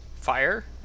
Fire